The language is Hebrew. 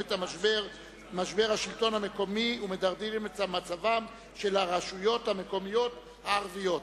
את משבר השלטון המקומי ומדרדרים את מצבן של הרשויות המקומיות הערביות.